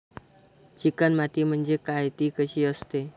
Chicken माती म्हणजे काय? ति कशी असते?